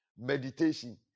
meditation